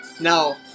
no